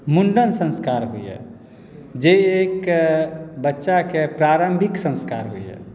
मुण्डन संस्कार होइए जाहिके बच्चाके प्रारम्भिक संस्कार होइए